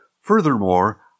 Furthermore